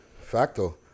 Facto